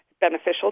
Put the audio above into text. beneficial